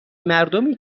مردمی